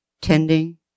tending